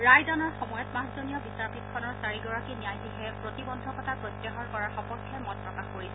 ৰায় দানৰ সময়ত পাঁচজনীয়া বিচাৰপীঠখনৰ চাৰিগৰাকী ন্যায়াধীশে প্ৰতিবন্ধকতা প্ৰত্যাহাৰ কৰাৰ সপক্ষে মত প্ৰকাশ কৰিছিল